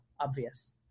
obvious